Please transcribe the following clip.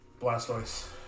Blastoise